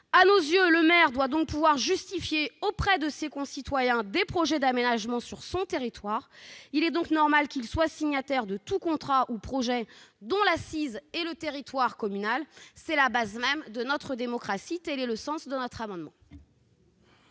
NOTRe ... Le maire doit pouvoir justifier auprès de ses concitoyens des projets d'aménagement sur son territoire. Il est donc normal qu'il soit signataire de tout contrat ou projet dont l'assise est le territoire communal. C'est la base même de notre démocratie. Quel est l'avis de la commission